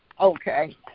Okay